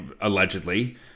allegedly